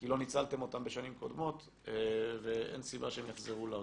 כי לא ניצלתם אותם בשנים קודמות ואין סיבה שהם יחזרו לאוצר.